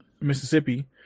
Mississippi